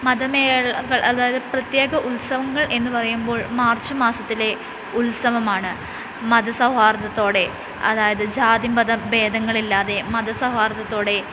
മതമേളകൾ അതായിത് പ്രത്യേക ഉത്സവങ്ങൾ എന്നുപറയുമ്പോൾ മാർച്ചുമാസത്തിലെ ഉത്സവമാണ് മതസൗഹാർദത്തോടെ അതായിത് ജാതിമത ഭേതങ്ങൾ ഇല്ലാതെ മതസൗഹാർദത്തോടെ